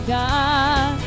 God